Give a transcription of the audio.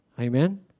Amen